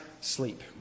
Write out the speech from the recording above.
sleep